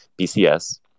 BCS